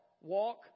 walk